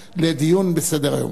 פה-אחד הועברו הנושאים לדיון בסדר-היום.